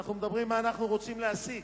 ואנחנו אומרים מה אנחנו רוצים להשיג.